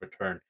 return